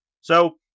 So-